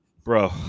Bro